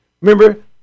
remember